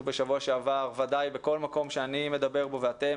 בשבוע שעבר וודאי בכל מקום בו אני מדבר ואתם